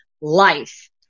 life